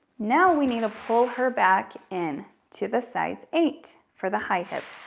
now we need a pull her back in to the size eight for the high hip.